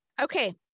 Okay